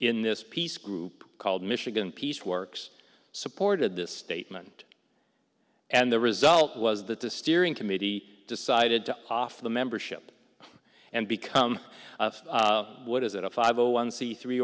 in this peace group called michigan peace works supported this statement and the result was that the steering committee decided to off the membership and become what is it a five zero one c three